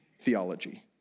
theology